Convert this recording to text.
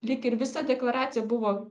lyg ir visa deklaracija buvo